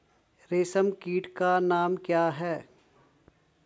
रेशम कीट का नाम क्या है?